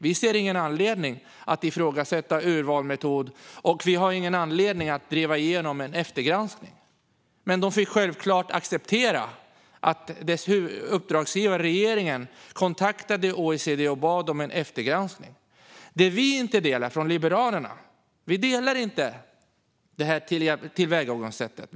Vi ser ingen anledning att ifrågasätta urvalsmetoden, och vi har ingen anledning att driva igenom en eftergranskning. Men Skolverket fick självklart acceptera att dess uppdragsgivare regeringen kontaktade OECD och bad om en eftergranskning. Vi i Liberalerna står inte bakom det här hanteringssättet.